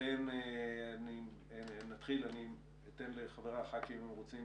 אני אתן לחבריי הח"כים אם הם רוצים